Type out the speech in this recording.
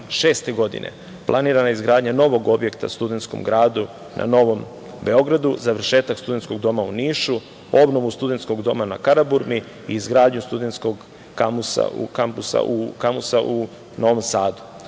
2026. godine planirana je izgradnja novog objekta u Studenskom gradu na Novom Beogradu, završetak studenskog doma u Nišu, obnovu studenskog doma na Karaburmi i izgradnja studenskog kampusa u Novom Sadu.